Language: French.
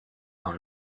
dans